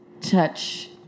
touch